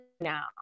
now